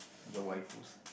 your wife